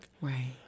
Right